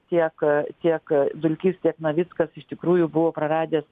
tiek tiek dulkys tiek navickas iš tikrųjų buvo praradęs